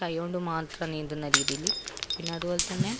കൈ കൊണ്ട് മാത്രം നീന്തുന്ന രീതിയില് പിന്നെ അതുപോലെത്തന്നെ